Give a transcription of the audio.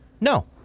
no